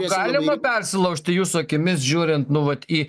galima persilaužti jūsų akimis žiūrint nu vat į